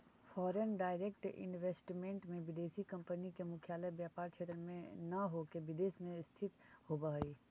foreign direct investment में विदेशी company के मुख्यालय व्यापार क्षेत्र में न होके विदेश में स्थित होवऽ हई